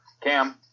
Cam